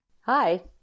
Hi